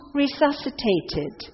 resuscitated